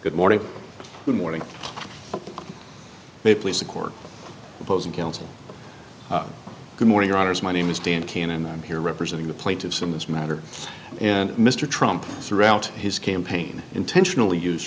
good morning good morning may please the court opposing counsel good morning runners my name is dean cain and i'm here representing the plaintiffs in this matter and mr trump throughout his campaign intentionally use